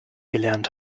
gelernt